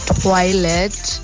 toilet